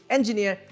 Engineer